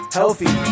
healthy